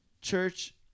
church